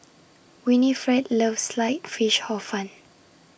Winnifred loves Sliced Fish Hor Fun